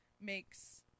makes